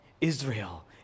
Israel